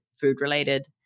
food-related